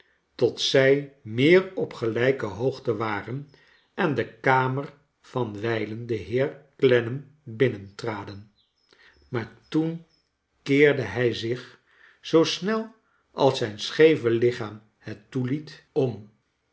tot zij meer op gelijke hoogte waren en de kamer van wijlen den heer clennam binnentraden maar toen keerde hij zich zoo snel als zijn scheve lichaam het toeliet om